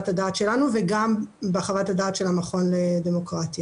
הדעת שלנו וגם בחוות הדעת של המכון לדמוקרטיה.